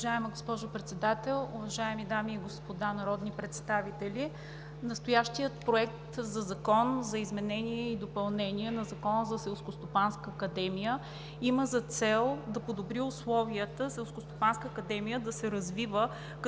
Уважаема госпожо Председател, уважаеми дами и господа народни представители! Настоящият Проект за закон за изменение и допълнение на Закона за Селскостопанската академия има за цел да подобри условията – Селскостопанската академия да се развива